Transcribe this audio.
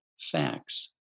facts